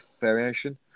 variation